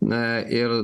na ir